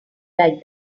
like